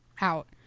out